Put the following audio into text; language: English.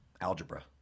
algebra